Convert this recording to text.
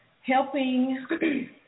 helping